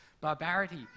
barbarity